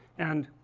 and,